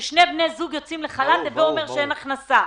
כששני בני זוג יוצאים לחל"ת זה אומר שאין הכנסה.